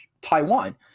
Taiwan